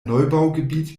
neubaugebiet